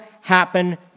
happen